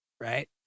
right